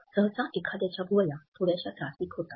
सहसा एखाद्याच्या भुवया थोडाश्या त्रासिक होतात